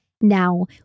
Now